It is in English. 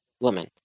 woman